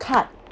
cut